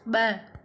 ब॒